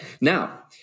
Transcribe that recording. Now